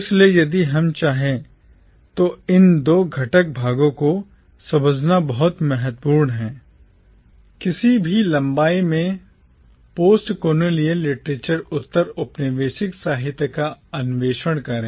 इसलिए यदि हम चाहें तो इन दो घटक भागों को समझना बहुत महत्वपूर्ण है किसी भी लंबाई में postcolonial literature उत्तर औपनिवेशिक साहित्य का अन्वेषण करें